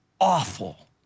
awful